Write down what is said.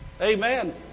Amen